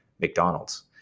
McDonald's